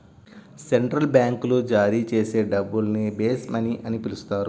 central బ్యాంకులు జారీ చేసే డబ్బుల్ని బేస్ మనీ అని పిలుస్తారు